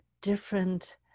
different